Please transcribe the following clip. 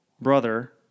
brother